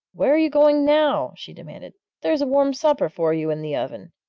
where are you going now? she demanded. there's a warm supper for you in the oven!